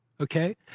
Okay